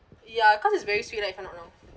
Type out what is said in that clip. ya cause it's very sweet right if I'm not wrong